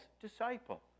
disciple